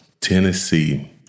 Tennessee